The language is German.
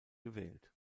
gewählt